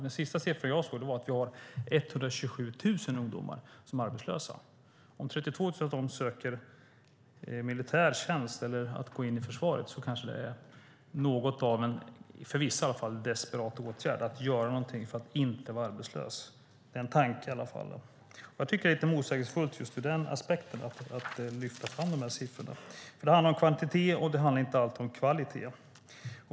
Den senaste siffran jag såg visade att vi har 127 000 ungdomar som är arbetslösa. Om 32 000 av dem överväger att gå in i försvaret kanske det är något av en, för vissa i alla fall, desperat åtgärd att göra någonting för att inte vara arbetslös. Det är en tanke i alla fall. Jag tycker att det är lite motsägelsefullt just ur den aspekten att lyfta fram de här siffrorna, för det handlar om kvantitet och inte alltid om kvalitet.